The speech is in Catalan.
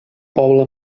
poble